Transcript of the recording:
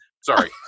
sorry